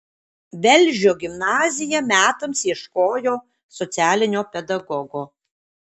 velžio gimnazija metams ieškojo socialinio pedagogo